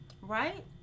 right